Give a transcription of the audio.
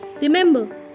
Remember